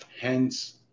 hence